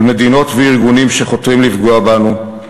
מול מדינות וארגונים שחותרים לפגוע בנו.